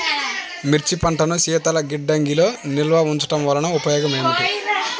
మిర్చి పంటను శీతల గిడ్డంగిలో నిల్వ ఉంచటం వలన ఉపయోగం ఏమిటి?